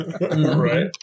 Right